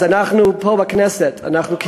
אז אנחנו פה, בכנסת, למה לא פנית למשטרה?